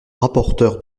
rapporteur